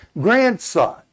grandson